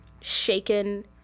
shaken